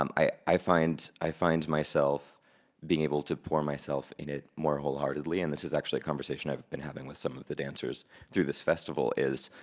um i find i find myself being able to pour myself in it more wholeheartedly, and this is actually a conversation i've been having with some of the dancers through this festival is